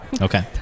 Okay